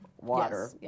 water